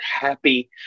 happy